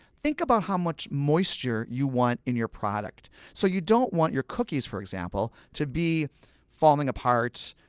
think about how much moisture you want in your product. so you don't want your cookies, for example, to be falling apart.